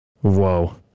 Whoa